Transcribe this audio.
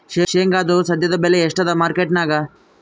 ಶೇಂಗಾದು ಸದ್ಯದಬೆಲೆ ಎಷ್ಟಾದಾ ಮಾರಕೆಟನ್ಯಾಗ?